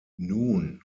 nun